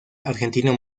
argentino